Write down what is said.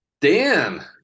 Dan